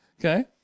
Okay